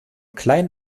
klein